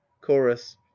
Chorus